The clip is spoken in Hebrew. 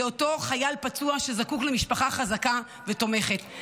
לאותו חייל פצוע, שזקוק למשפחה חזקה ותומכת.